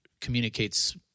communicates